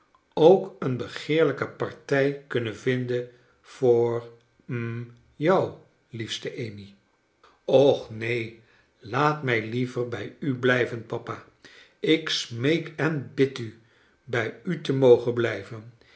ook een begeerlijke partij kunnen vinden voor hm jou liefste amy och neen laat mij liever brj u blijven papa ik smeek en bid u bij u te mogen blijven